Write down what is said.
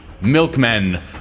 Milkmen